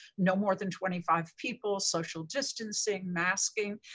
no more than twenty five people, social distancing, masking.